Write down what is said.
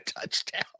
touchdown